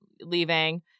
leaving